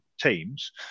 teams